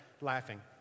laughing